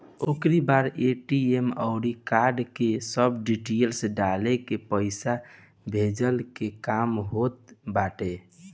ओकरी बाद ए.टी.एम अउरी कार्ड के सब डिटेल्स डालके पईसा भेजला के काम होत बाटे